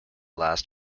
past